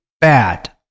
bad